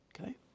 Okay